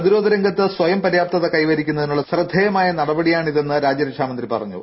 പ്രതിരോധ രംഗത്ത് സ്വയം പര്യാപ്തത കൈവരിക്കുന്നതിനുള്ള ശ്രദ്ധേയമായ നടപടിയാണിതെന്ന് രാജ്യരക്ഷാമന്ത്രി പറഞ്ഞു